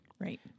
right